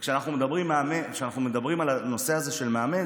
כשאנחנו מדברים על הנושא הזה של מאמן,